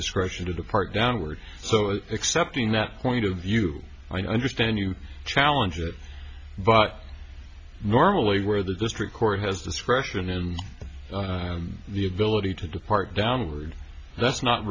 discretion to depart downward so accepting that point of view i understand you challenge it but normally where the district court has discretion in the ability to depart downward that's not